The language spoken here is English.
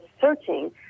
searching